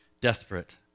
desperate